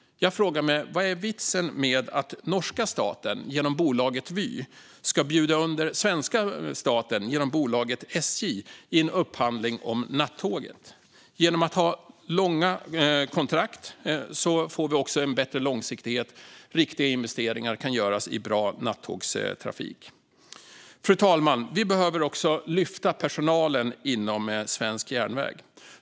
Jag frågar mig vad som är vitsen med att norska staten genom bolaget Vy ska bjuda under svenska staten genom bolaget SJ i en upphandling om nattåget. Genom att ha långa kontrakt får vi också en bättre långsiktighet så att riktiga investeringar kan göras i bra nattågstrafik. Fru talman! Vi behöver även lyfta personalen inom svensk järnväg.